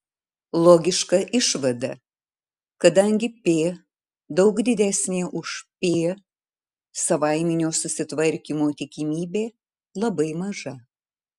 logiška išvada kadangi p daug didesnė už p savaiminio susitvarkymo tikimybė labai maža